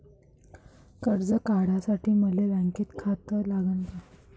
कर्ज काढासाठी मले बँकेत खातं लागन का?